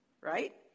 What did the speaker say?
right